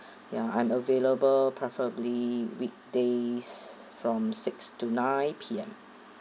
ya I'm available preferably weekdays from six to nine P_M